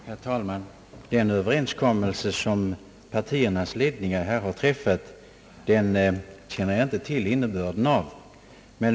Herr talman! Den överenskommelse som partiernas ledningar har träffat känner jag inte till innebörden av.